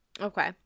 okay